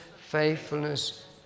faithfulness